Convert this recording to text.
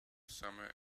summer